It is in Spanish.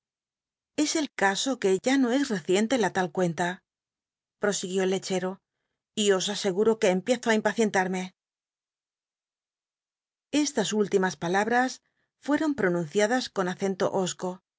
es el caso que ya no es reciente la tal cuenta prosiguió el lechero y os aseguro que empiezo á impacientarse estas lillimas palabras fueron pronunciadas con acento hosco